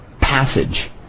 passage